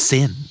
Sin